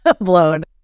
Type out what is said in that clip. blown